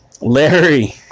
larry